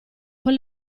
con